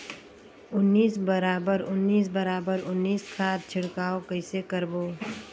उन्नीस बराबर उन्नीस बराबर उन्नीस खाद छिड़काव कइसे करबो?